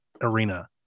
arena